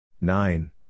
Nine